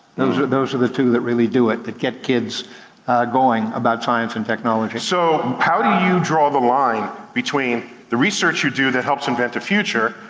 those are those are the two that really do it, that get kids going about science and technology. so, how do you draw the line between the research you do that helps invent the future,